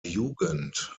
jugend